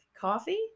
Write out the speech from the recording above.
Coffee